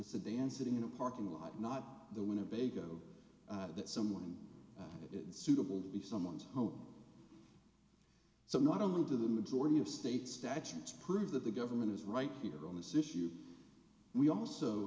sedan sitting in a parking lot not the winnebago that someone is suitable to be someone's home so not only do the majority of state statutes prove that the government is right here on this issue we also